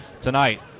tonight